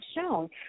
shown